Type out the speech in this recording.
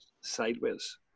sideways